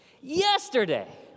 yesterday